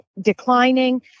declining